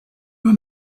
were